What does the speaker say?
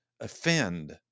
offend